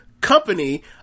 company